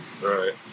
Right